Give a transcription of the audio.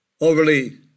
overly